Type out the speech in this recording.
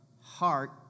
heart